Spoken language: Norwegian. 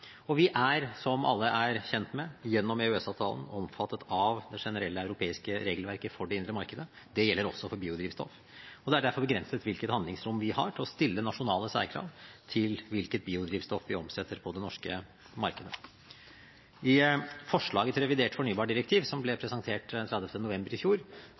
Vi er, som alle er kjent med, gjennom EØS-avtalen omfattet av det generelle europeiske regelverket for det indre markedet. Det gjelder også for biodrivstoff. Det er derfor begrenset hvilket handlingsrom vi har til å stille nasjonale særkrav til hvilket biodrivstoff vi omsetter på det norske markedet. I forslaget til revidert fornybardirektiv, som ble presentert 30. november i fjor,